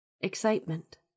Excitement